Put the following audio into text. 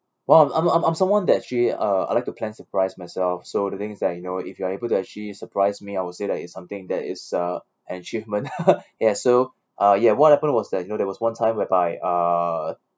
well I'm I'm I'm someone that actually uh I like to plan surprise myself so the thing is that you know if you are able to actually surprise me I would say that it's something that is uh an achievement ya so uh ya what happened was that you know there was one time whereby uh